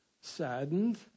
saddened